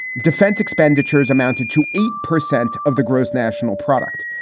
defense expenditures amounted to eight percent of the gross national product.